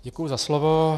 Děkuji za slovo.